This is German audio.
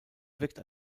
wirkt